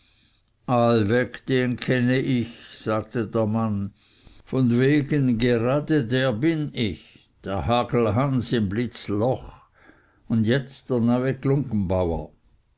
allweg den kenne ich sagte der mann von wegen gerade der bin ich der hagelhans im blitzloch und jetzt der neue